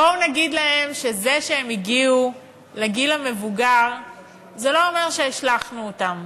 בואו ונגיד להם שזה שהם הגיעו לגיל המבוגר זה לא אומר שהשלכנו אותם,